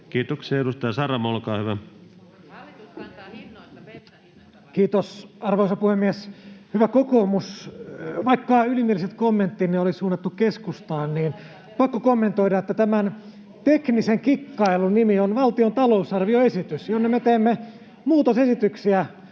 Time: 12:27 Content: Kiitos, arvoisa puhemies! Hyvä kokoomus, vaikka ylimieliset kommenttinne oli suunnattu keskustaan, niin on pakko kommentoida, että tämän teknisen kikkailun nimi on valtion talousarvioesitys, jonne me teemme muutosesityksiä.